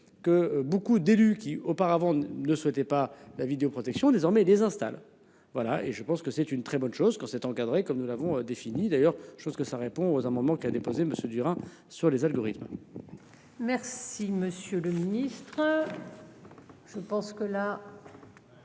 que beaucoup d'élus. Qui auparavant ne souhaitait pas la vidéoprotection désormais des installe voilà et je pense que c'est une très bonne chose. Quand cette encadré comme nous l'avons définie. D'ailleurs je pense que ça répond aux un moment qu'il a déposé, Monsieur Durand sur les algorithmes. Merci monsieur le ministre. Je pense que là.